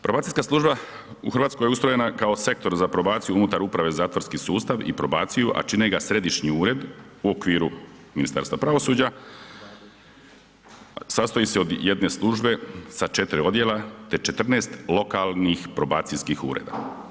Probacijska služba u Hrvatskoj je ustrojena kao Sektor za probaciju unutar Uprave za zatvorski sustav i probaciju a čine ga središnji ured u okviru Ministarstva pravosuđa, sastoji se od jedne službe sa 4 odjela te 14 lokalnih probacijskih ureda.